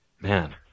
Man